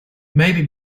maybe